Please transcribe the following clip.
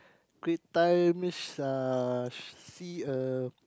great times uh see a